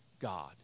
God